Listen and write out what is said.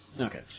Okay